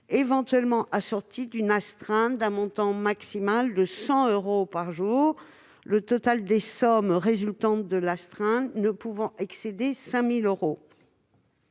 éventuellement assortie d'une astreinte d'un montant maximal de 100 euros par jour, le total des sommes résultant de l'astreinte ne pouvant excéder 5 000 euros.